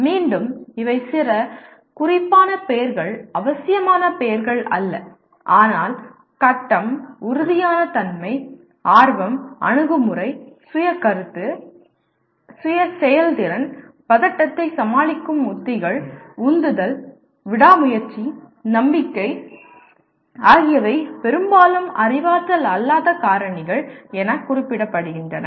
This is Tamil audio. மீண்டும் இவை சில குறிப்பான பெயர்கள் அவசியமான பெயர்கள் அல்ல ஆனால் கட்டம் உறுதியான தன்மை ஆர்வம் அணுகுமுறை சுய கருத்து சுய செயல்திறன் பதட்டத்தை சமாளிக்கும் உத்திகள் உந்துதல் விடாமுயற்சி நம்பிக்கை ஆகியவை பெரும்பாலும் அறிவாற்றல் அல்லாத காரணிகள் என குறிப்பிடப்படுகின்றன